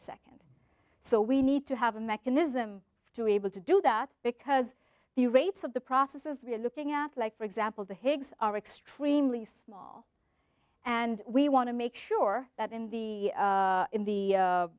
second so we need to have a mechanism to able to do that because the rates of the processes we are looking at like for example the higgs are extremely small and we want to make sure that in the in the